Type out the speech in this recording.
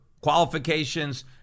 qualifications